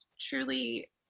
truly